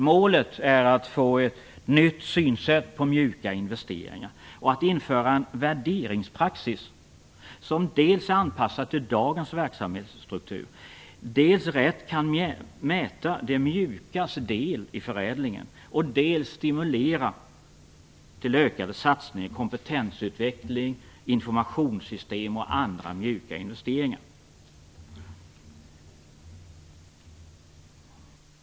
Målet är att få ett nytt synsätt på mjuka investeringar och att införa en värderingspraxis som dels är anpassad till dagens verksamhetsstruktur, dels rätt kan mäta "det mjukas" del i förädlingen och dels stimulera till ökade satsningar på kompetensutveckling, informationssystem och andra mjuka investeringar.